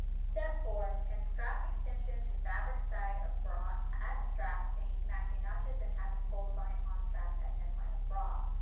step four, pin strap extension to fabric side of bra at strap seam matching notches and having fold line at um strap at neckline of bra.